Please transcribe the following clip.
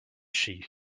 she